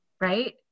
right